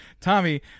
Tommy